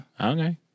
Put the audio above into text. Okay